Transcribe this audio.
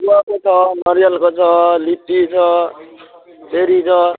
गुवाको छ नरिवलको छ लिची छ चेरी छ